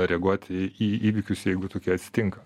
reaguoti į įvykius jeigu tokie atsitinka